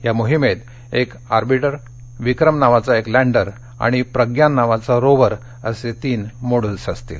यो मोहिमेत एक ऑर्बिटर विक्रम नावाचा एक लँडर आणि प्रग्यान नावाचा रोवर असे तीन मोड्यूल्स असतील